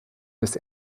des